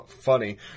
funny